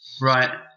right